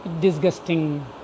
disgusting